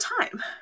time